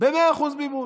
ב-100% מימון.